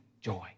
joy